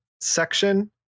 section